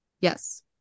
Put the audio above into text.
Yes